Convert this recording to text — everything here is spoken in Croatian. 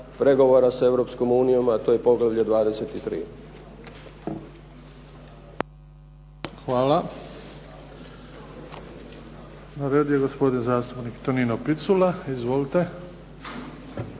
pregovora s Europskom unijom, a to je poglavlje 23. **Bebić, Luka (HDZ)** Hvala. Na redu je gospodin zastupnik Tonino Picula. Izvolite.